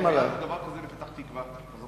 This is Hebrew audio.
היה דבר כזה בפתח-תקווה.